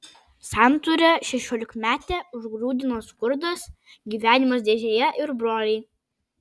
santūrią šešiolikmetę užgrūdino skurdas gyvenimas dėžėje ir broliai